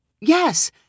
Yes